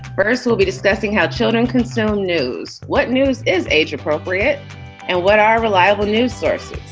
first, we'll be discussing how children consume news. what news is age appropriate and what our reliable news sources.